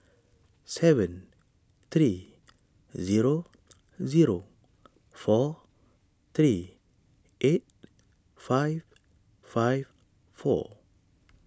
seven three zero zero four three eight five five four